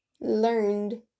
learned